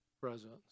presence